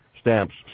Stamps